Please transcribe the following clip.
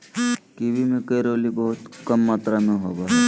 kiwi में calorie बहुत कम मात्र में होबो हइ